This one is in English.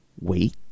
wait